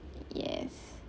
yes